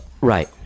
right